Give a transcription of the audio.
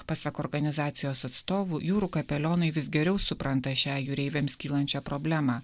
pasak organizacijos atstovų jūrų kapelionai vis geriau supranta šią jūreiviams kylančią problemą